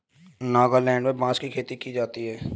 नागालैंड में बांस की खेती की जाती है